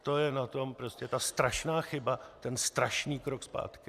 To je na tom ta strašná chyba, ten strašný krok zpátky.